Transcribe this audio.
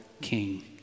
king